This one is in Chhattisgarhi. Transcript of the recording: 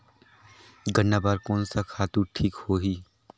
गन्ना बार कोन सा खातु ठीक होही?